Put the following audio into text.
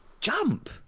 jump